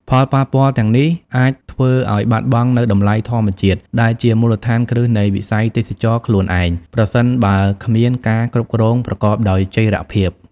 ផលប៉ះពាល់ទាំងនេះអាចធ្វើឲ្យបាត់បង់នូវតម្លៃធម្មជាតិដែលជាមូលដ្ឋានគ្រឹះនៃវិស័យទេសចរណ៍ខ្លួនឯង ប្រសិនបើគ្មានការគ្រប់គ្រងប្រកបដោយចីរភាព។